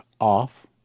off